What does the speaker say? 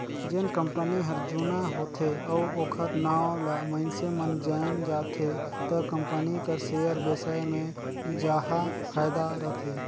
जेन कंपनी हर जुना होथे अउ ओखर नांव ल मइनसे मन जाएन जाथे त कंपनी कर सेयर बेसाए मे जाहा फायदा रथे